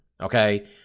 okay